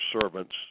servants